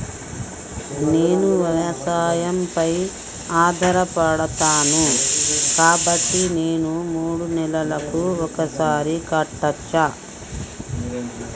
నేను వ్యవసాయం పై ఆధారపడతాను కాబట్టి నేను మూడు నెలలకు ఒక్కసారి కట్టచ్చా?